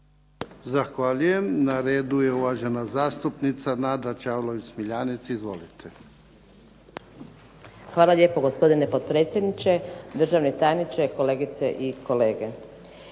Zahvaljujem. Na redu je uvažena zastupnica Nada Čavlović Smiljanec. Izvolite. **Čavlović Smiljanec, Nada (SDP)** Hvala lijepa gospodine potpredsjedniče, državni tajniče, kolegice i kolege.